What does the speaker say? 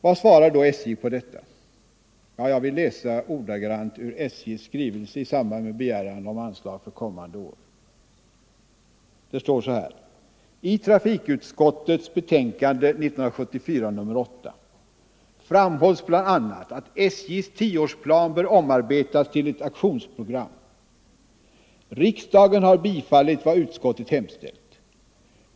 Vad svarar då SJ på detta? Ja, jag vill läsa ordagrant ur SJ:s skrivelse i samband med en begäran om anslag för kommande budgetår: ”I trafikutskottets betänkande 1974:8 framhålls bl.a. att SJ:s tioårsplan bör omarbetas till ett aktionsprogram. Riksdagen har bifallit vad utskottet hemställt.